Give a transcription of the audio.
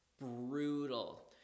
brutal